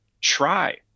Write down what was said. try